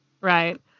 Right